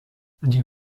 die